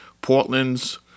Portland's